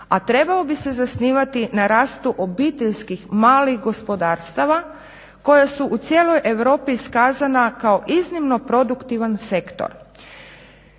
a trebao bi se zasnivati na rastu obiteljskih malih gospodarstava koje su u cijeloj Europi iskazana kao iznimno produktivan sektor.